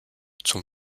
zum